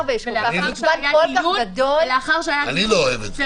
אני לא אוהב את זה.